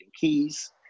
keys